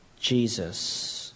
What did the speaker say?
Jesus